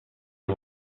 and